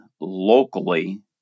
locally